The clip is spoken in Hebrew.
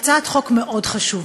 היא הצעת חוק מאוד חשובה.